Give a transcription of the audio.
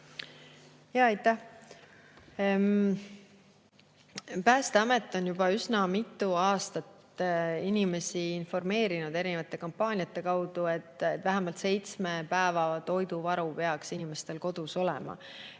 Aitäh! Päästeamet on juba üsna mitu aastat inimesi informeerinud erinevate kampaaniate kaudu, et vähemalt seitsme päeva toiduvaru peaks inimestel kodus olema.